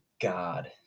God